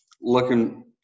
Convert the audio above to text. looking –